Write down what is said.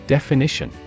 Definition